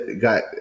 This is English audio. got